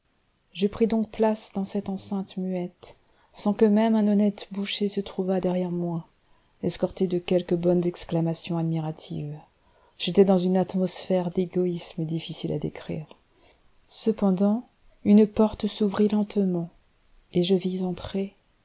je pris donc place dans cette enceinte muette sans que même un honnête boucher se trouvât derrière moi escorté de quelque bonne exclamation admirative j'étais dans une atmosphère d'égoïsme difficile à décrire cependant une porte s'ouvrit lentement et je vis entrer